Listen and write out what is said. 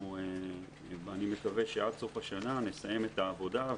השנה הוא בהובלתה של חברתי אורנה ברביבאי וחברי מתן כהנא.